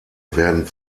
werden